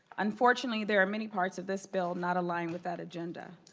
unfortunately there's many parts of this bill not align with that agenda.